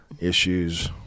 issues